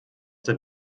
der